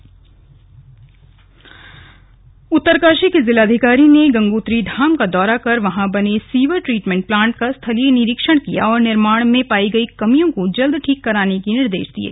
निरीक्षण उत्तरकाशी के जिलाधिकारी ने गंगोत्री धाम का दौरा कर वहां बने सीवर ट्रीटमेंट प्लांट का स्थलीय निरीक्षण किया और निर्माण में पाई गई कमियों को जल्द ठीक करने के निर्देश दिये